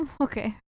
okay